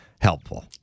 helpful